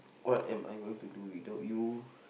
what am I going to do without you